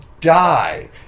die